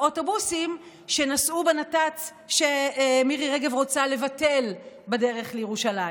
האוטובוסים שנסעו בנת"צ שמירי רגב רוצה לבטל בדרך לירושלים,